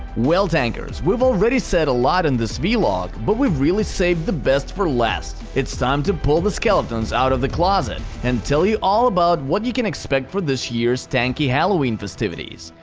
well tankers, we've already said a lot in this v-log, but we've really saved the best for last. it's time to pull the skeletons out of the closet, and tell you all about what you can expect for this year's tanki halloween festivities.